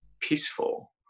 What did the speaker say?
peaceful